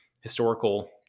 historical